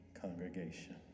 congregation